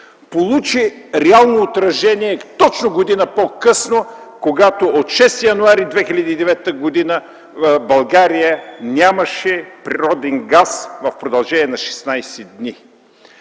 получи реално отражение точно година по-късно, когато от 6 януари 2009 г. България нямаше природен газ в продължение на 16 дни.